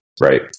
Right